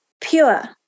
pure